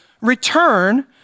return